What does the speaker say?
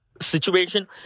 situation